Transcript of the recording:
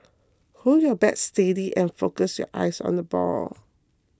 hold your bat steady and focus your eyes on the ball